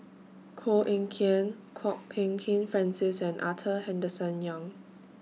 Koh Eng Kian Kwok Peng Kin Francis and Arthur Henderson Young